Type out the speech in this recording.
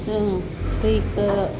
जों दैखो